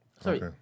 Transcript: Sorry